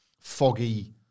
foggy